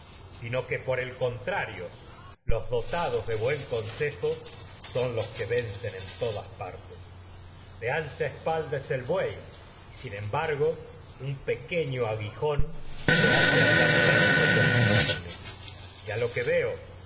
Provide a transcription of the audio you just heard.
sino son el contrario los dotados consejo los que vencen en todas partes de espalda es el buey y sin embargo por su un pequeño a aguijón veo le hace andar recto mismo es camino y a lo que que